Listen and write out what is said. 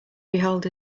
behold